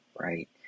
right